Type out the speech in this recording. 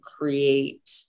create